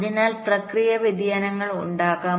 അതിനാൽ പ്രക്രിയ വ്യതിയാനങ്ങൾ ഉണ്ടാകും